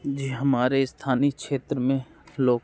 जी हमारे स्थानी क्षेत्र में लोग